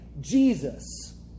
Jesus